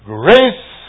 grace